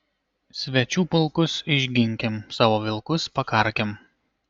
svečių pulkus išginkim savo vilkus pakarkim